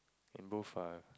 and both are